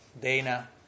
Dana